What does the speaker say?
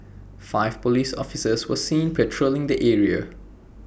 five Police officers were seen patrolling the area